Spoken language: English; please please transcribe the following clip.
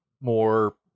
more